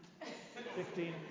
fifteen